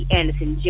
Anderson